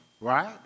right